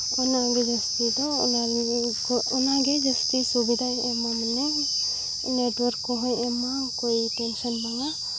ᱚᱱᱟ ᱜᱮ ᱤᱭᱟᱹ ᱫᱚ ᱚᱱᱟ ᱜᱮ ᱡᱟᱹᱥᱛᱤ ᱥᱩᱵᱤᱫᱷᱟ ᱮᱢᱟ ᱵᱚᱱᱟ ᱱᱮᱴᱚᱣᱟᱨᱠ ᱠᱚᱦᱚᱸᱭ ᱮᱢᱟ ᱠᱳᱭ ᱴᱮᱱᱥᱚᱱ ᱵᱟᱝᱟ